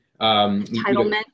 entitlement